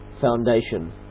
foundation